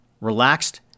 relaxed